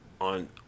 on